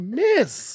miss